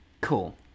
Cool